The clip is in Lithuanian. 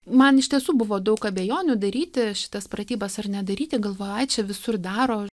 man iš tiesų buvo daug abejonių daryti šitas pratybas ar nedaryti galvojau ai čia visur daro